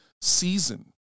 season